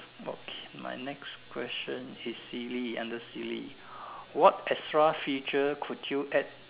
okay my next question is silly under silly what extra feature could you add